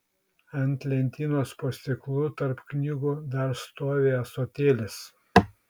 ant lentynos po stiklu tarp knygų dar stovi ąsotėlis